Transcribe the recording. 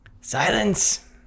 Silence